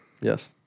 Yes